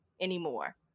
anymore